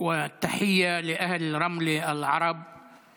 (אומר בערבית: וברכות לתושבי רמלה הערבים